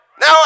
Now